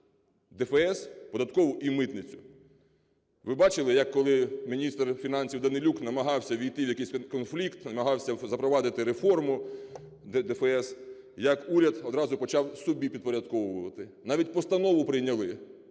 ДФС, податкову і митницю, ви бачили як, коли міністр фінансів Данилюк намагався ввійти в якийсь конфлікт, намагався запровадити реформу ДФС, як уряд одразу почав собі підпорядковувати, навіть постанову прийняли,